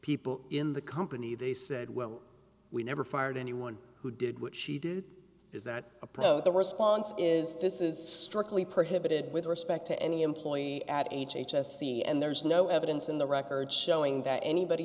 people in the company they said well we never fired anyone who did what she did is that a pro the response is this is strictly prohibited with respect to any employee at h h s see and there's no evidence in the records showing that anybody